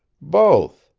both.